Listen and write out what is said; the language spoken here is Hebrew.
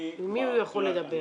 עם מי הוא יכול לדבר?